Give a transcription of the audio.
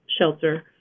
shelter